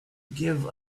give